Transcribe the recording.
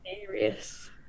serious